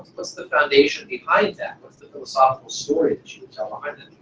what's the foundation behind that, what's the philosophical story that you would tell behind that,